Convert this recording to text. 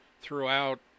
Throughout